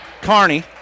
Carney